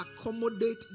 accommodate